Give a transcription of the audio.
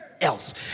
else